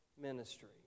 ministry